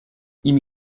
ihm